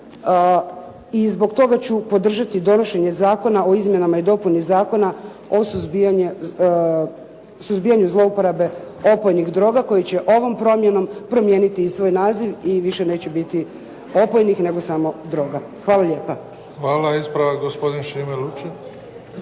I zbog toga ću podržati donošenje Zakona o izmjenama i dopunama Zakona o suzbijanju zlouporabe opojnih droga koji će ovom promjenom promijeniti i svoj naziv i više neće biti opojnih, nego samo droga. Hvala lijepo. **Bebić, Luka (HDZ)** Hvala. Ispravak gospodine Šime Lučin.